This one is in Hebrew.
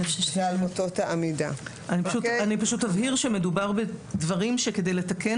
אני אבהיר שמדובר בדברים שכדי לתקן